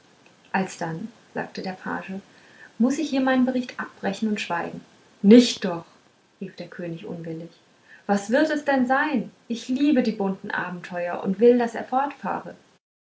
alsdann sagte der page muß ich hier meinen bericht abbrechen und schweigen nicht doch rief der könig unwillig was wird es denn sein ich liebe die bunten abenteuer und will daß er